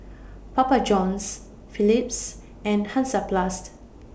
Papa Johns Philips and Hansaplast